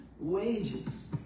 Wages